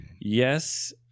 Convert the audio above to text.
Yes